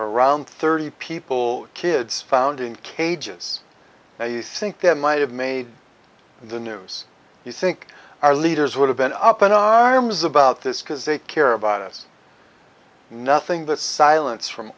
around thirty people kids found in cages now you think that might have made the news you think our leaders would have been up in arms about this because they care about us nothing the silence from